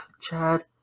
Chad